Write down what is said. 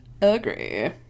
agree